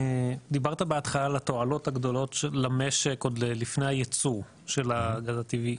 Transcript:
דיברת בהתחלה על התועלות הגדולות למשק עוד לפני הייצוא של הגז הטבעי,